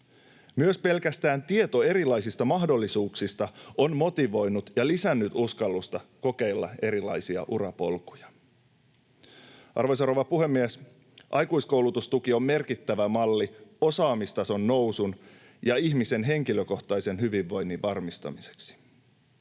Myös pelkästään tieto erilaisista mahdollisuuksista on motivoinut ja lisännyt uskallusta kokeilla erilaisia urapolkuja. Arvoisa rouva puhemies! Aikuiskoulutustuki on merkittävä malli osaamistason nousun ja ihmisen henkilökohtaisen hyvinvoinnin varmistamiseksi.